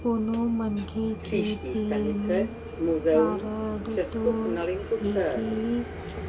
कोनो मनखे के पेन कारड तो एके